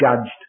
judged